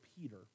Peter